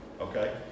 okay